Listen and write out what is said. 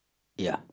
ya